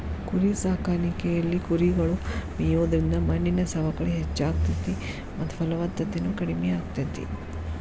ಕುರಿಸಾಕಾಣಿಕೆಯಲ್ಲಿ ಕುರಿಗಳು ಮೇಯೋದ್ರಿಂದ ಮಣ್ಣಿನ ಸವಕಳಿ ಹೆಚ್ಚಾಗ್ತೇತಿ ಮತ್ತ ಫಲವತ್ತತೆನು ಕಡಿಮೆ ಆಗ್ತೇತಿ